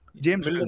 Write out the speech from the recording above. James